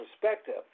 perspective